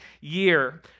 year